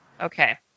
Okay